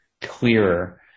clearer